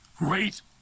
great